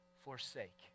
forsake